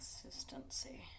consistency